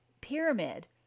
pyramid